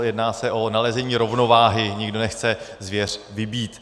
Jedná se o nalezení rovnováhy, nikdo nechce zvěř vybít.